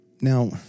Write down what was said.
Now